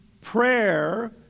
prayer